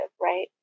right